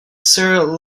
sir